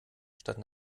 statt